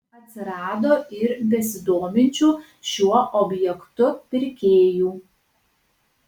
atsirado ir besidominčių šiuo objektu pirkėjų